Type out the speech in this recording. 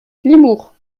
limours